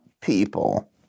people